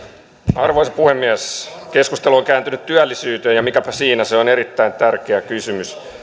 arvoisa puhemies keskustelu on kääntynyt työllisyyteen ja mikäpä siinä se on erittäin tärkeä kysymys